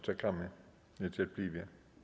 Czekamy niecierpliwie.